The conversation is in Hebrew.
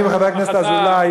אני וחבר הכנסת אזולאי,